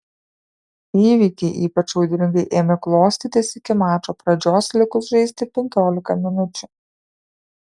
įvykiai ypač audringai ėmė klostytis iki mačo pradžios likus žaisti penkiolika minučių